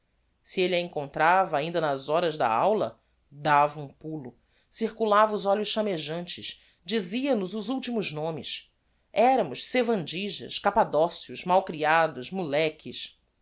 se elle a encontrava ainda nas horas da aula dava um pulo circulava os olhos chammejantes dizia nos os ultimos nomes eramos sevandijas capadocios mal criados moleques